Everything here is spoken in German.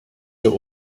der